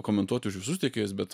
komentuoti už visus tiekėjus bet